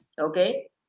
okay